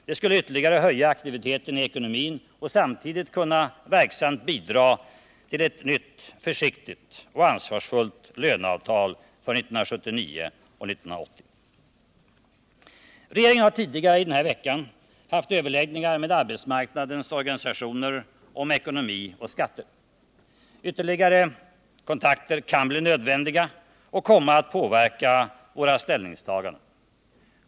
Det skulle ytterligare höja aktiviteten i ekonomin och samtidigt kunna verksamt bidra till ett nytt försiktigt och ansvarsfullt löneavtal för 1979 och 1980. Regeringen har tidigare i den här veckan haft överläggningar med arbetsmarknadens organisationer om ekonomi och skatter. Ytterligare kontakter kan bli nödvändiga och komma att påverka våra ställningstaganden.